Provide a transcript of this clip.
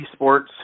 esports